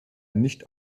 nicht